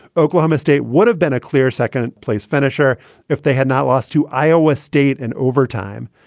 oklahoma state would have been a clear second place finisher if they had not lost to iowa state. in overtime